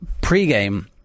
pre-game